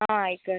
ആ ആയിക്കോട്ടെ